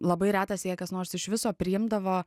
labai retas jei kas nors iš viso priimdavo